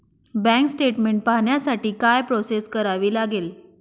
Bank statement पाहण्यासाठी काय process करावी लागेल?